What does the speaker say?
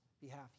behalf